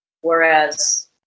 Whereas